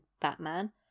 Batman